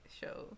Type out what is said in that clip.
show